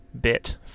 bit